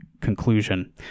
conclusion